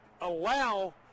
allow